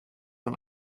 man